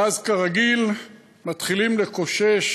ואז, כרגיל, מתחילים לקושש.